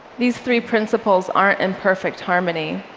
these three principles aren't in perfect harmony.